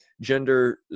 gender